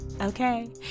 okay